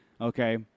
Okay